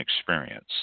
experience